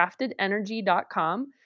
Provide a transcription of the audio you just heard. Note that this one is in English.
craftedenergy.com